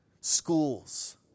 schools